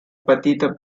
petita